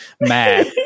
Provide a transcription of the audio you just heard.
mad